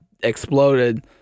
exploded